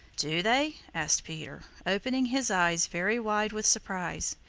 do they? asked peter, opening his eyes very wide with surprise.